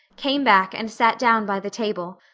came back and sat down by the table,